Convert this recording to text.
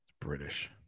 British